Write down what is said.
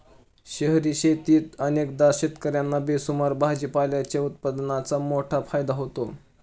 शहरी शेतीत अनेकदा शेतकर्यांना बेसुमार भाजीपाल्याच्या उत्पादनाचा मोठा फायदा होतो